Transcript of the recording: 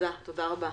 תודה רבה.